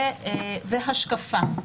והשקפה.